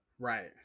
Right